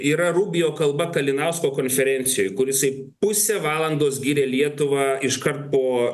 yra rubio kalba kalinausko konferencijoj kur jisai pusę valandos gyrė lietuvą iškart po